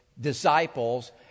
disciples